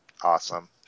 awesome